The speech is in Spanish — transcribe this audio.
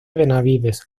benavides